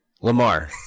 Lamar